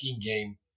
game